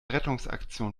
rettungsaktion